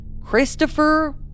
Christopher